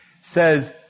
says